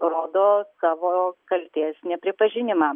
rodo savo kaltės nepripažinimą